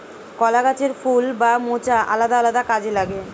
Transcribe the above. কলা গাছের ফুল বা মোচা আলাদা আলাদা কাজে লাগে